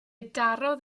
darodd